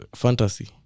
fantasy